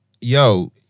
Yo